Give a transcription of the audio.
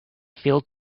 failed